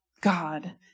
God